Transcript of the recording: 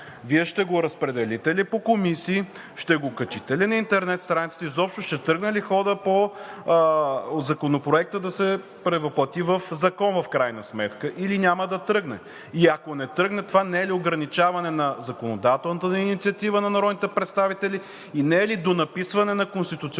Вие ще го разпределите ли по комисии, ще го качите ли на интернет страницата, изобщо ще тръгне ли ходът Законопроектът да се превъплъти в закон в крайна сметка, или няма да тръгне? И ако не тръгне – това не е ли ограничаване на законодателната инициатива на народните представители и не е ли донаписване на конституционните